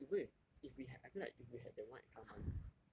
no but even if if we had I feel like if we had the one extra month